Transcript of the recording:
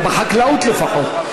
בחקלאות לפחות,